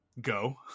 go